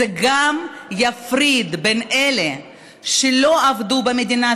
זה גם יפריד בין אלה שלא עבדו במדינת